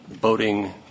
boating